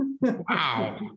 Wow